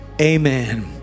amen